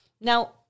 Now